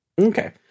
okay